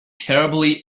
terribly